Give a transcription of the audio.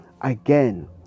again